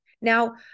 Now